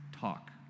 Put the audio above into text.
talk